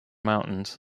mountains